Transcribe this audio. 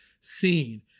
seen